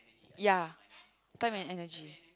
ya time and energy